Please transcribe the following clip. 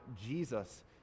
Jesus